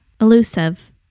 Elusive